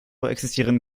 existieren